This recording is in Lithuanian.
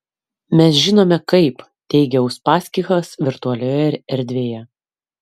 mes žinome kaip teigia uspaskichas virtualioje erdvėje